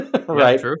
right